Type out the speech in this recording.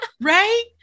Right